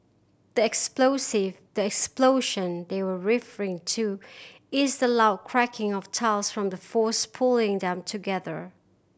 the explosive the explosion they're referring to is the loud cracking of tiles from the force pulling them together